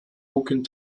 aucune